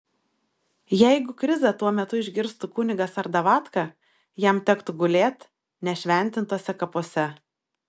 jeigu krizą tuo metu išgirstų kunigas ar davatka jam tektų gulėt nešventintuose kapuose